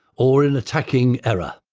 or in attacking error.